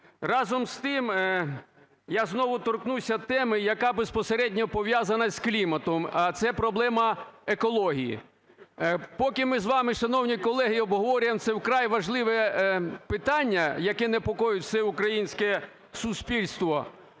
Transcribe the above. Разом з тим, я знову торкнуся теми, яка безпосередньо пов'язана з кліматом, - це проблема екології. Поки ми з вами, шановні колеги, обговорюємо це вкрай важливе питання, яке непокоїть всеукраїнське суспільство,